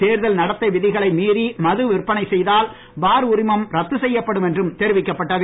தேர்தல் நடத்தை விதிகளை மீறி மது விற்பனை செய்தால் பார் உரிமம் ரத்து செய்யப்படும் என்றும் தெரிவிக்கப்பட்டது